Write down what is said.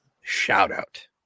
shout-out